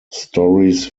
stories